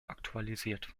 aktualisiert